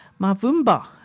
Mavumba